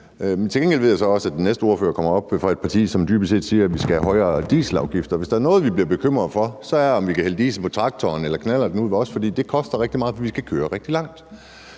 Til gengæld ved jeg så også, at den næste ordfører, der kommer op, er fra et parti, som dybest set siger, at vi skal have højere dieselafgifter. Hvis der er noget, vi bliver bekymret for, så er det, om vi kan hælde diesel på traktoren eller knallerten ude hos os, for det koster rigtig meget, for vi skal køre rigtig langt.